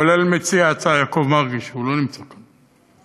כולל מציע ההצעה יעקב מרגי, שלא נמצא כאן.